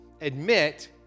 Admit